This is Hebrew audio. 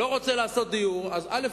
לא רוצה לעשות דיור, אז א.